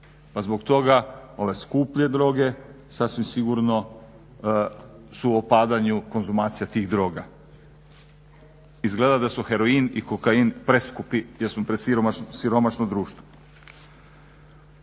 pa zbog toga ove skuplje droge sasvim sigurno su u opadanju konzumacija tih droga. Izgleda da su heroin i kokain preskupi jer smo presiromašno društvo.